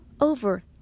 over